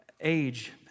age